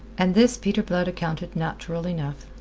and this peter blood accounted natural enough.